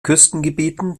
küstengebieten